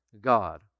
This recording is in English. God